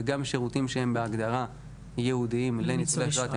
וגם שירותים בהגדרה ייעודים לניצולי שואה,